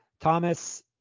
Thomas